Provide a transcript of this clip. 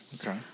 okay